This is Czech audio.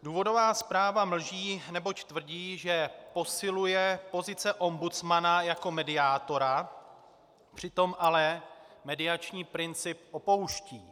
Důvodová zpráva mlží, neboť tvrdí, že posiluje pozice ombudsmana jako mediátora, přitom ale mediační princip opouští.